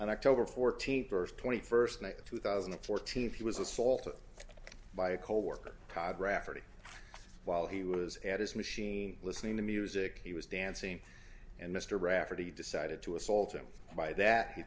and october fourteenth verse twenty first night two thousand and fourteen he was assaulted by a coworker todd rafferty while he was at his machine listening to music he was dancing and mr rafferty decided to assault him by that he